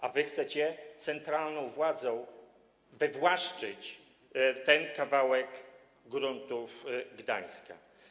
A wy chcecie jako centralna władza wywłaszczyć ten kawałek gruntów Gdańska.